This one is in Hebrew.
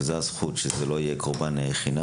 הזכות היא שזה לא יהיה קורבן חינם.